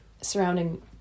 surrounding